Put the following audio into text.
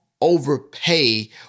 overpay